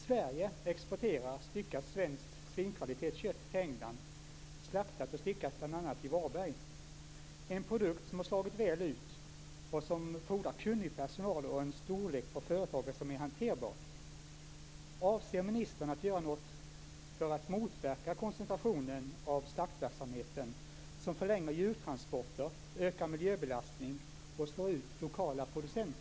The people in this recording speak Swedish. Sverige exporterar styckat svenskt kvalitetskött av svin till England, slaktat och styckat bl.a. i Varberg. Detta är en produkt som slagit väl ut och som fordrar kunnig personal samt en hanterbar storlek på företaget.